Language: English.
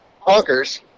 honkers